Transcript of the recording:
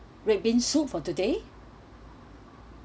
red bean soup for today